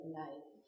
life